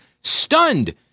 stunned